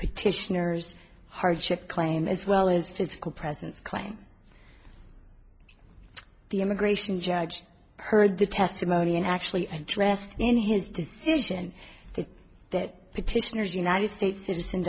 petitioners hardship claim as well as physical presence claim the immigration judge heard the testimony and actually and dressed in his decision that petitioners united states citizen